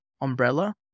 umbrella